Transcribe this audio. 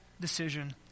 decision